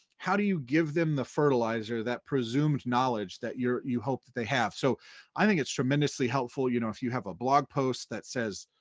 how do you give them the fertilizer that presumes knowledge that you hope that they have? so i think it's tremendously helpful you know if you have a blog post that says,